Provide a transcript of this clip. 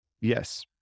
Yes